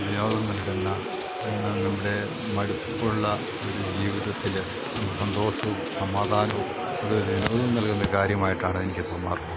വിനോദം നൽകുന്ന എന്നും നമ്മുടെ മടുപ്പുള്ള ജീവിതത്തില് സന്തോഷവും സമാധാനവും നല്ലൊരു ഉണർവും നൽകുന്ന കാര്യമായിട്ടാണെനിക്കു തോന്നാറുള്ളത്